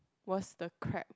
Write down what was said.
was the crab